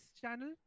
channel